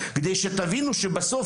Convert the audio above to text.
כדי שתבינו שבסוף,